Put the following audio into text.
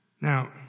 Now